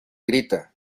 grita